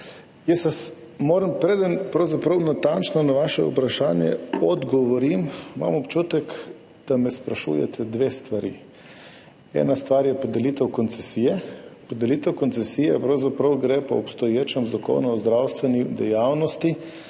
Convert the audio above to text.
občutek, preden pravzaprav natančno na vaše vprašanje odgovorim, da me sprašujete dve stvari. Ena stvar je podelitev koncesije. Podelitev koncesije pravzaprav gre po obstoječem Zakonu o zdravstveni dejavnosti,